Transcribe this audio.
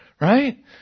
right